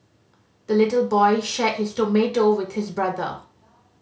the little boy shared his tomato with his brother